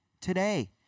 Today